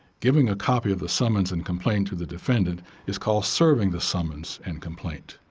giving a copy of the summons and complaint to the defendant is called serving the summons and complaint.